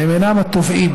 הם אינם התובעים.